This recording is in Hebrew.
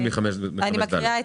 אם יש תאגיד שהיה